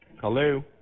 Hello